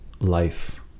life